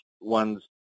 ones